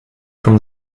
from